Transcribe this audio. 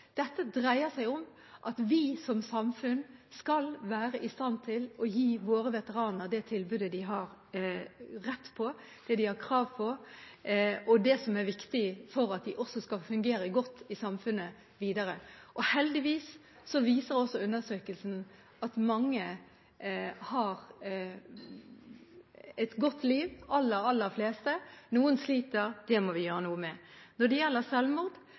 dette dreier seg om at vi som samfunn skal være i stand til å gi våre veteraner det tilbudet de har rett og krav på, og det som er viktig for at de også skal fungere godt i samfunnet videre. Heldigvis viser også undersøkelsen at mange har et godt liv – de aller, aller fleste. Noen sliter, det må vi gjøre noe med. Når det gjelder